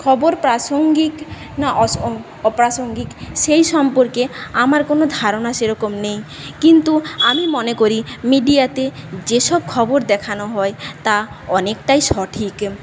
খবর প্রাসঙ্গিক না অপ্রাসঙ্গিক সেই সম্পর্কে আমার কোনও ধারণা সেরকম নেই কিন্তু আমি মনে করি মিডিয়াতে যেসব খবর দেখানো হয় তা অনেকটাই সঠিক